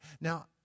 Now